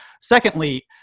Secondly